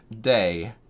day